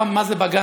פעם מה זה בג"ץ,